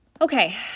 okay